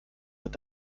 wird